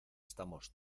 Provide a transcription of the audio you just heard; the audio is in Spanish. estamos